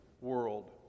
world